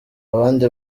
abandi